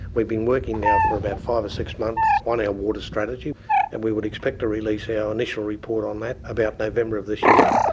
we've been working now for about five or six months on our water strategy and we would expect to release our initial report on that about november of this year.